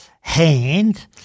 hand